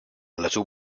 little